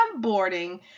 onboarding